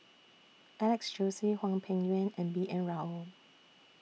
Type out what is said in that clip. Alex Josey Hwang Peng Yuan and B N Rao